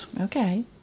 Okay